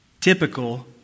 Typical